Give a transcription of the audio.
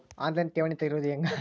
On line ಠೇವಣಿ ತೆರೆಯೋದು ಹೆಂಗ?